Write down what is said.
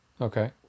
Okay